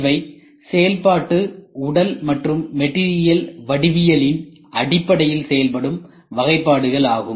இவை செயல்பாட்டு உடல் மற்றும் மெட்டீரியலில் வடிவவியலின் அடிப்படையில் செய்யப்படும் வகைப்பாடுகள் ஆகும்